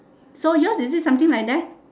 so yours is it something like that